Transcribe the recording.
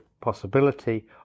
possibility